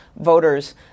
voters